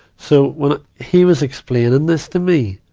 so, when i, he was explaining this to me,